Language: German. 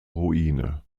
ruine